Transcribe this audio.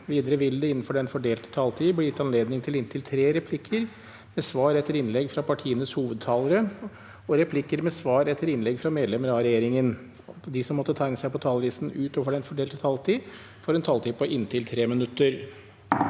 Videre vil det – innenfor den fordelte taletid – bli gitt anledning til inntil tre replikker med svar etter innlegg fra partienes hovedtalere og replikker med svar etter innlegg fra medlemmer av regjeringen. De som måtte tegne seg på talerlisten utover den fordelte taletid, får også en taletid på inntil 3 minutter.